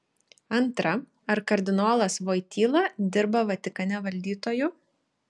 antra ar kardinolas voityla dirba vatikane valdytoju